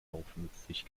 aufmüpfig